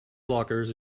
blockers